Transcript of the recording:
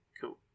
Cool